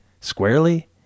squarely